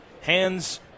hands